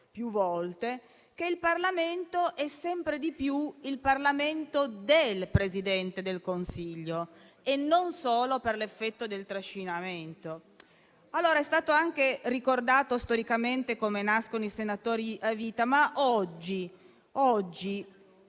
più evidente che il Parlamento è sempre di più il Parlamento del Presidente del Consiglio, non solo per l'effetto del trascinamento. È stato anche ricordato storicamente come nascono i senatori a vita, ma oggi è